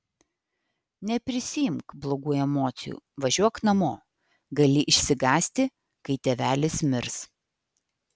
neprisiimk blogų emocijų važiuok namo gali išsigąsti kai tėvelis mirs